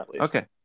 okay